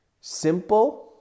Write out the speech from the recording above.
Simple